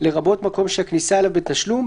לרבות מקום שהכניסה אליו בתשלום,